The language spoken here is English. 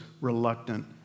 reluctant